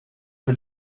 för